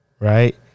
Right